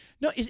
No